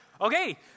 okay